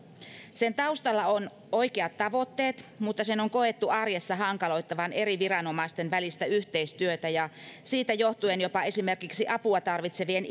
sen taustalla on oikeat tavoitteet mutta sen on koettu arjessa hankaloittavan eri viranomaisten välistä yhteistyötä ja siitä johtuen jopa esimerkiksi apua tarvitsevien